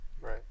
Right